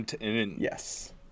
Yes